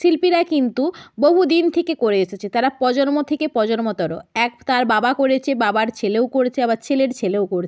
শিল্পীরা কিন্তু বহু দিন থেকে করে এসেছে তারা প্রজন্ম থেকে প্রজন্মতর এক তার বাবা করেছে বাবার ছেলেও করেছে আবার ছেলের ছেলেও করেছে